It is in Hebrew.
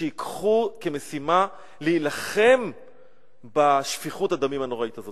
שייקחו כמשימה להילחם בשפיכות הדמים הנוראית הזאת.